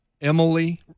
Emily